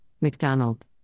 McDonald